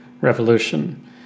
revolution